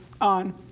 on